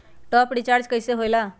Top up recharge कइसे होएला?